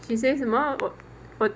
she say 什么